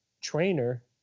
trainer